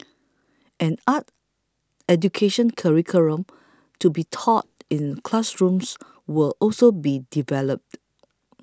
an art education curriculum to be taught in classrooms will also be developed